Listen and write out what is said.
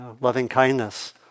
loving-kindness